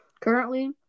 currently